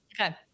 Okay